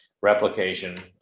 replication